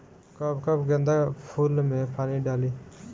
कब कब गेंदा फुल में पानी डाली?